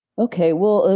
okay. well,